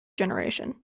generation